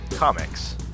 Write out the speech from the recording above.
Comics